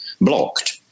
blocked